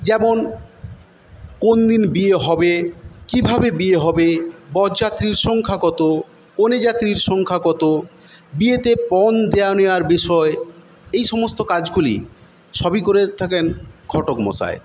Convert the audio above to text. যেমন কোন দিন বিয়ে হবে কীভাবে বিয়ে হবে বরযাত্রীর সংখ্যা কত কনেযাত্রীর সংখ্যা কত বিয়েতে পণ দেওয়া নেওয়ার বিষয় এই সমস্ত কাজগুলি সবই করে থাকেন ঘটক মশাই